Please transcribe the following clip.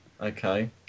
Okay